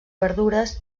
verdures